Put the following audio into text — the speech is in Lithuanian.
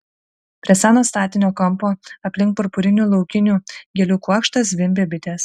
prie seno statinio kampo aplink purpurinių laukinių gėlių kuokštą zvimbė bitės